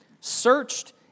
searched